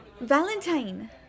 Valentine